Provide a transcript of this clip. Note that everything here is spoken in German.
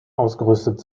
ausgerüstet